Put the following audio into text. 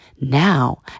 now